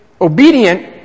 obedient